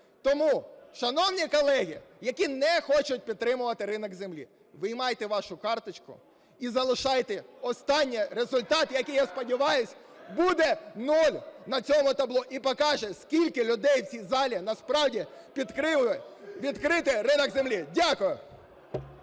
Тому, шановні колеги, які не хочуть підтримувати ринок землі, виймайте вашу карточку і залишайте останній результат, який, я сподіваюсь, буде нуль на цьому табло і покаже, скільки людей в цій залі насправді підтримали відкритий ринок землі. Дякую.